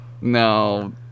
No